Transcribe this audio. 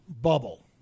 bubble